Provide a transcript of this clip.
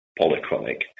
Polychronic